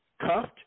cuffed